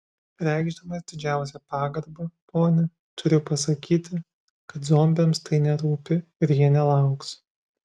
reikšdamas didžiausią pagarbą ponia turiu pasakyti kad zombiams tai nerūpi ir jie nelauks